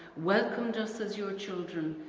welcomed us as your children,